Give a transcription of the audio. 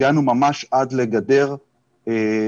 הגענו ממש עד לגדר המקום,